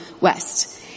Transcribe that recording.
west